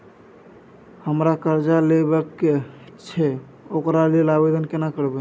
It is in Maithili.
हमरा कर्जा लेबा के छै ओकरा लेल आवेदन केना करबै?